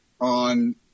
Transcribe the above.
on